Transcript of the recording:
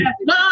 no